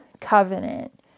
covenant